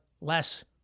less